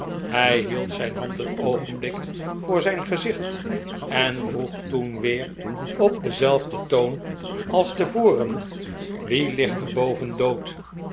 hij hield zijn hand een oogenblik voor zijn gezicht en vroeg toen weer op denzelfden toon als tevoren wie ligt er boven dood